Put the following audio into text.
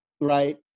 Right